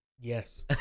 Yes